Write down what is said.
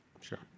Sure